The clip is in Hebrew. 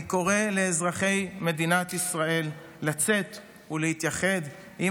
אני קורא לאזרחי מדינת ישראל לצאת ולהתייחד עם